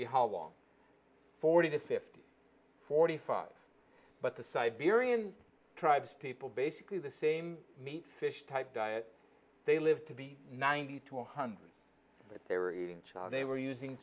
long forty to fifty forty five but the siberian tribes people basically the same meat fish type diet they lived to be ninety to one hundred but they were eating char they were using